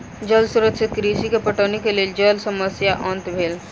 जल स्रोत से कृषक के पटौनी के लेल जल समस्याक अंत भेल